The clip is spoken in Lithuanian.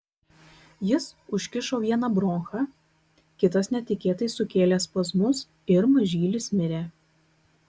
jis užkišo vieną bronchą kitas netikėtai sukėlė spazmus ir mažylis mirė